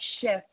shift